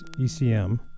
ECM